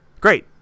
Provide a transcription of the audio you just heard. Great